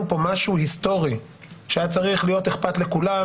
פה משהו היסטורי שהיה צריך להיות איכפת לכולם,